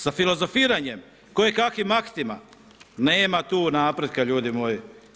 Sa filozofiranjem, koje kakvim aktima, nema tu napretka ljudi moji.